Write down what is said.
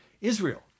Israel